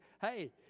hey